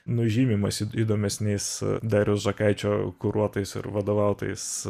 nužymimas į įdomesniais dariaus žakaičio kuruotais ir vadovautais